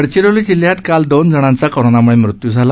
गडचिरोली जिल्ह्यात काल दोन जणांचा कोरोनाम्ळे मृत्यू झाला